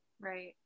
right